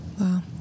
wow